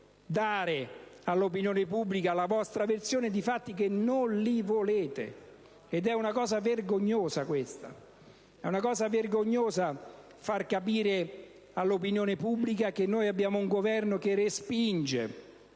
dire all'opinione pubblica la vostra posizione, cioè che non li volete. Ed è una cosa vergognosa, questa. È vergognoso dover dire all'opinione pubblica che abbiamo un Governo che respinge